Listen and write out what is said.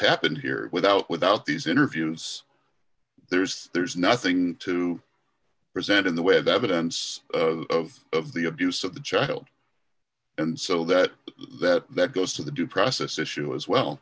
happened here without without these interviews there's there's nothing to present in the way of that evidence of of the abuse of the child and so that that that goes to the due process issue as well